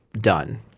done